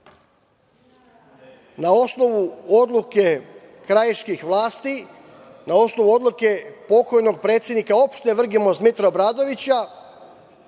osnovu odluke krajiških vlasti, na osnovu odluke pokojnog predsednika Opštine Vrginmost Mitra Obradovića,